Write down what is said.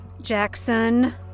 Jackson